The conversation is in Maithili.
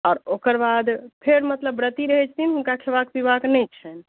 आअेर ओकर बाद फेर मतलब व्रती रहै छथिन हुनका खेबाक पिबाक नहि छनि